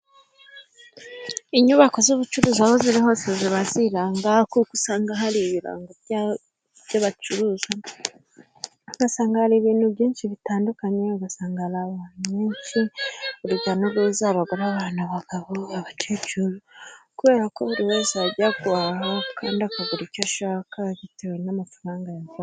Inyubako z'ubucuruzi aho ziri hose ziba ziranga, kuko usanga hari ibirango by'ibyo bacuruza, ugasanga hari ibintu byinshi bitandukanye. Ugasanga hari abantu benshi urujya n'uruza, abagore, abana, abagabo, abakecuru ,kubera ko buri wese ajya guhaha kandi akagura icyo ashaka bitewe n'amafaranga ya...